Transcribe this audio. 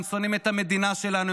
הם שונאים את המדינה שלנו,